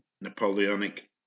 Napoleonic